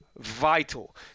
Vital